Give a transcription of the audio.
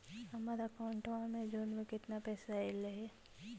हमर अकाउँटवा मे जून में केतना पैसा अईले हे?